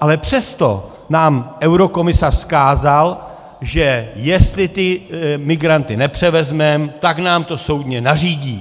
ale přesto nám eurokomisař vzkázal, že jestli ty migranty nepřevezmeme, tak nám to soudně nařídí.